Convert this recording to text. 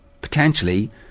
potentially